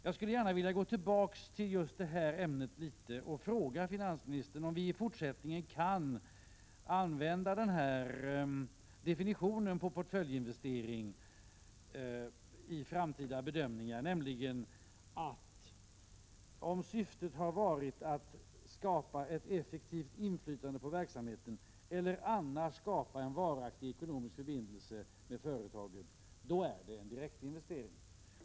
Jag skulle gärna gå in på detta ämne litet djupare och fråga finansministern om vi i fortsättningen kan använda denna hans definition på portföljinvesteringar vid framtida bedömningar och anse, att om syftet har varit att skapa ett effektivt inflytande på verksamheten eller att annars skapa en varaktig ekonomisk förbindelse med företaget, så föreligger en direktinvestering.